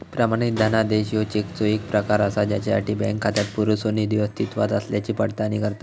प्रमाणित धनादेश ह्यो चेकचो येक प्रकार असा ज्यासाठी बँक खात्यात पुरेसो निधी अस्तित्वात असल्याची पडताळणी करता